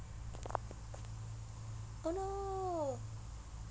oh no